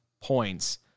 points